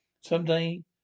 Someday